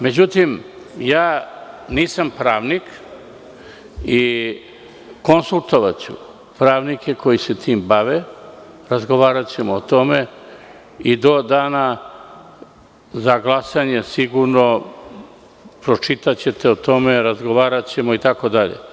Međutim, ja nisam pravnik i konsultovaću pravnike koji se time bave, razgovaraćemo o tome i do dana za glasanje sigurno ćete pročitati o tome, razgovaraćemo itd.